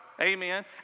amen